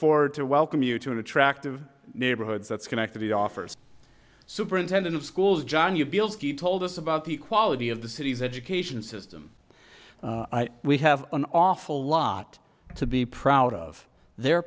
forward to welcome you to an attractive neighborhoods that's connected he offers superintendent of schools john yoo bielski told us about the quality of the city's education system we have an awful lot to be proud of the